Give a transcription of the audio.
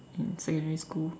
in secondary school